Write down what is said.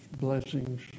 blessings